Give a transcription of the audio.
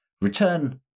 return